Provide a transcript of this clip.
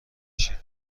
شید